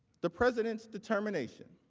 the president's determination